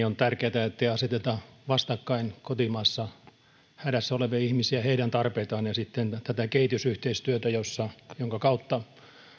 on tärkeätä ettei aseteta vastakkain kotimaassa hädässä olevia ihmisiä heidän tarpeitaan ja sitten tätä kehitysyhteistyötä jonka kautta